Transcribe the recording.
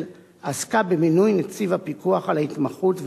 עסקה במינוי נציב הפיקוח על ההתמחות,